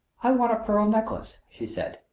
i want a pearl necklace, she said.